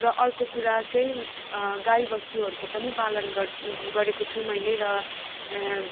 र अर्को कुरा चाहिँ गाई बस्तुहरूको पनि पालन गर गरेको छु मैले र